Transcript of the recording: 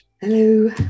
Hello